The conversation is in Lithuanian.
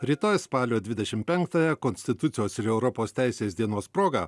rytoj spalio dvidešim penktąją konstitucijos ir europos teisės dienos proga